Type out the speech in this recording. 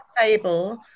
table